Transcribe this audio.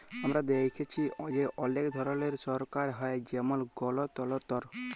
আমরা দ্যাখেচি যে অলেক ধরলের সরকার হ্যয় যেমল গলতলতর